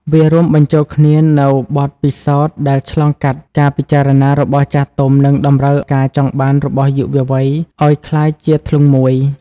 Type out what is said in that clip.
វារួមបញ្ចូលគ្នានូវបទពិសោធន៍ដែលឆ្លងកាត់ការពិចារណារបស់ចាស់ទុំ និងតម្រូវការចង់បានរបស់យុវវ័យឱ្យក្លាយជាធ្លុងមួយ។